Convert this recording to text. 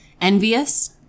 envious